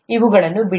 ಇವುಗಳನ್ನು ಬಿಡಿ